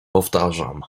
powtarzam